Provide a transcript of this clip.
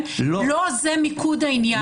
--- לא --- לא זה מיקוד העניין,